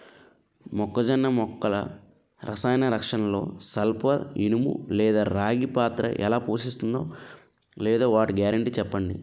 మొక్కజొన్న మొక్కల రసాయన రక్షణలో సల్పర్, ఇనుము లేదా రాగి పాత్ర ఎలా పోషిస్తుందో లేదా వాటి గ్యారంటీ చెప్పండి